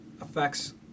affects